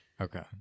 Okay